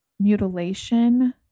Mutilation